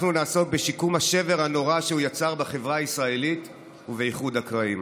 אנחנו נעסוק בשיקום השבר הנורא שהוא יצר בחברה הישראלית ובאיחוי הקרעים.